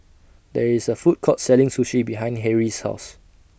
There IS A Food Court Selling Sushi behind Harrie's House